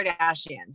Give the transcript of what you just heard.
Kardashians